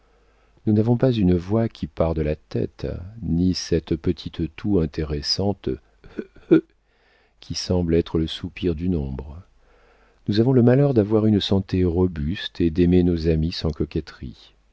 nous n'avons pas une voix qui part de la tête ni cette petite toux intéressante heu heu qui semble être le soupir d'une ombre nous avons le malheur d'avoir une santé robuste et d'aimer nos amis sans coquetterie